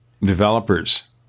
developers